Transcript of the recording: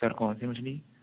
سر کون سی مچھلی